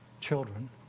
children